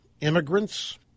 immigrants